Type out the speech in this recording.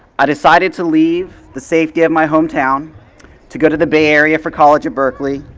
i decided to leave the safety of my hometown to go to the bay area for college at berkeley.